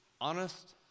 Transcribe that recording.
Honest